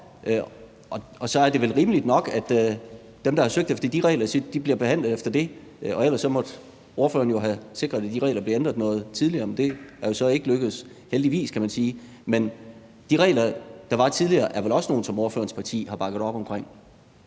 op. Så er det vel rimeligt nok, at dem, der har søgt efter de regler, bliver behandlet efter dem. Ellers måtte ordføreren have sikret, at de regler blev ændret noget tidligere, men det er jo så ikke lykkedes – heldigvis kan man sige. Men de regler, der var tidligere, er vel også nogle, som ordførerens parti har bakket op om? Kl.